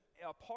apart